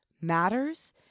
matters